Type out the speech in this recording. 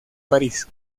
parís